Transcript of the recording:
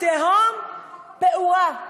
תהום פעורה.